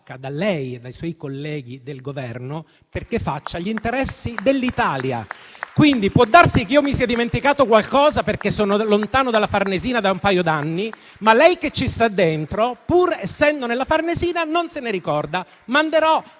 da lei e dai suoi colleghi del Governo perché faccia gli interessi dell'Italia. Quindi può darsi che io mi sia dimenticato qualcosa, perché sono lontano dalla Farnesina da un paio d'anni, ma lei che ci sta dentro, pur essendo nella Farnesina, non se ne ricorda. Per